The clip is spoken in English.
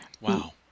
Wow